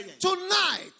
Tonight